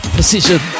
Precision